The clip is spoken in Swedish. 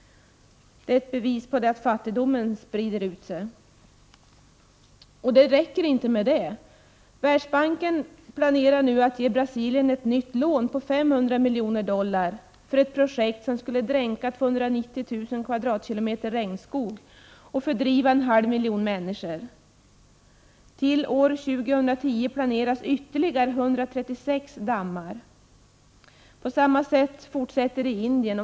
Det är ett bevis på att fattigdomen breder ut sig. Men det är inte tillräckligt. Världsbanken planerar nu att ge Brasilien ett nytt lån på 500 miljoner dollar för ett projekt som skulle dränka 290 000 km? regnskog och fördriva en halv miljon människor. Till år 2010 planeras ytterligare 136 dammar. På samma sätt fortsätter det i Indien.